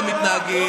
לא רק.